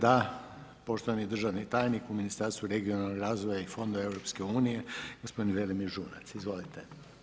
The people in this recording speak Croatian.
Da, poštovani državni tajnik u Ministarstvu regionalnog razvoja i fondova EU-a, gospodin Velimir Žunac, izvolite.